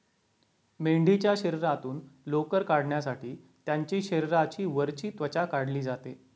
मेंढीच्या शरीरातून लोकर काढण्यासाठी त्यांची शरीराची वरची त्वचा काढली जाते